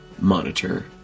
monitor